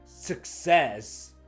Success